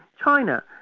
china,